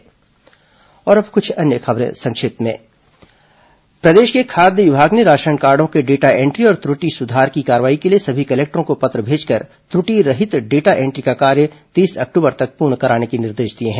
संक्षिप्त समाचार अब कुछ अन्य खबरें संक्षिप्त में प्रदेश के खाद्य विभाग ने राशनकार्डो के डेटा एंट्री और त्रुटि सुधार की कार्रवाई के लिए सभी कलेक्टरों को पत्र भेजकर त्रुटि रहित डेटा एंट्री का कार्य तीस अक्टूबर तक पूर्ण कराने के निर्देश दिए हैं